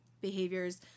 behaviors